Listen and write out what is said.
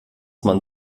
man